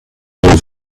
old